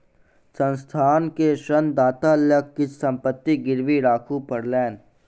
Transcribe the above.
संस्थान के ऋणदाता लग किछ संपत्ति गिरवी राखअ पड़लैन